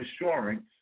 insurance